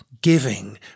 giving